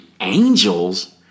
angels